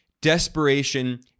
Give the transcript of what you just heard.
desperation